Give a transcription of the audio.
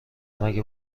مگه